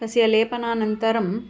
तस्य लेपनानन्तरम्